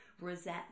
Rosette